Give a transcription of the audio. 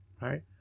Right